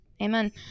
Amen